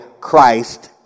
Christ